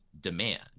demand